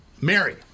Mary